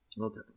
Okay